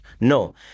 No